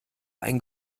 ein